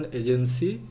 agency